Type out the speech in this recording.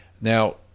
Now